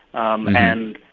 um and,